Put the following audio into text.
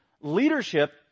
leadership